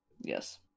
Yes